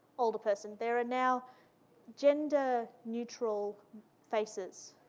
older person. there are now gender neutral faces,